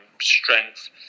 strength